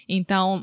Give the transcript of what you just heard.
Então